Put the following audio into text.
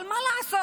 אבל מה לעשות?